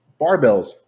barbells